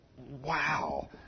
Wow